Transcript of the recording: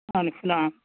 وعلیکم السلام